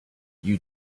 you